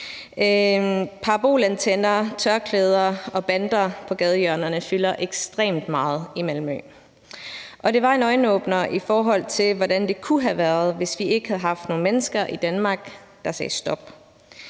Parabolantenner, tørklæder og bander på gadehjørnerne fylder ekstremt meget i Malmø, og det var en øjenåbner, i forhold til hvordan det kunne have været, hvis ikke vi havde haft nogen mennesker i Danmark, der sagde stop,